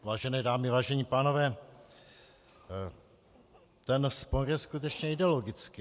Vážené dámy, vážení pánové, ten spor je skutečně ideologický.